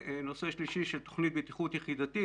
נושא שלישי של תוכנית בטיחות יחידתית,